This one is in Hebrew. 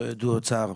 שלא ידעו עוד צער.